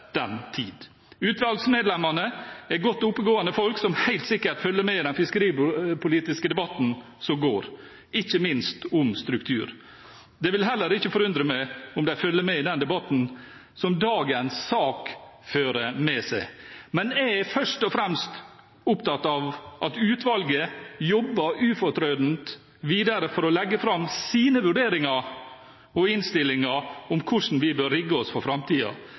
den tid. Utvalgsmedlemmene er godt oppegående folk som helt sikkert følger med i den fiskeripolitiske debatten som går, ikke minst om struktur. Det vil heller ikke forundre meg om de følger med i den debatten som dagens sak fører med seg. Men jeg er først og fremst opptatt av at utvalget jobber ufortrødent videre for å legge fram sine vurderinger og innstillinger om hvordan vi bør rigge oss for